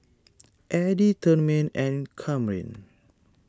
Eddy Tremaine and Kamryn